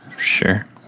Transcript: Sure